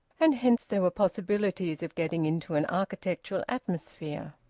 and hence there were possibilities of getting into an architectural atmosphere.